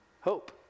hope